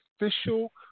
official